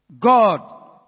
God